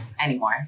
Anymore